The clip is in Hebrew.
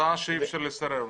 הצעה שאי אפשר לסרב לה.